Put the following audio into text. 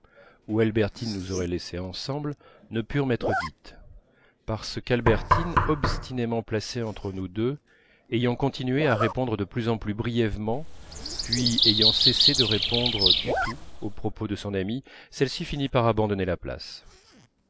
où albertine nous aurait laissés ensemble ne purent m'être dites parce qu'albertine obstinément placée entre nous deux ayant continué de répondre de plus en plus brièvement puis ayant cessé de répondre du tout aux propos de son amie celle-ci finit par abandonner la place